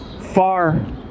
far